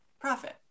profit